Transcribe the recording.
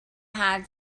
had